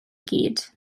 gyd